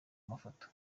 mafoto